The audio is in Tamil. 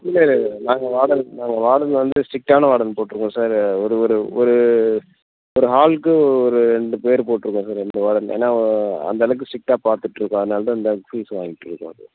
இல்லை இல்லை இல்லை நாங்கள் வார்டன் நாங்கள் வார்டன் வந்து ஸ்டிரிக்ட்டான வார்டன் போட்டுருக்கோம் சார் ஒரு ஒரு ஒரு ஒரு ஹால்க்கு ஒரு ரெண்டு பேர் போட்டுருக்கோம் சார் ரெண்டு வார்டன் ஏன்னா அந்தளவுக்கு ஸ்டிரிக்ட்டாக பார்த்துட்டுக்கோம் அதனால் தான் இந்த ஃபீஸ் வாங்கிட்டுருக்கோம் சார்